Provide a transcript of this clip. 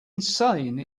insane